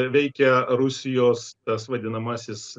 veikia rusijos tas vadinamasis